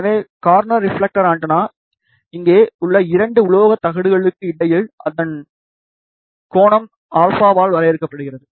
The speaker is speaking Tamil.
எனவே கார்னர் ரிப்ஃலெக்டர் ஆண்டெனா இங்கே உள்ள இரண்டு உலோக தகடுகளுக்கு இடையில் அதன் α ஆல் வரையறுக்கப்படுகிறது